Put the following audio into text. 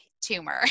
Tumor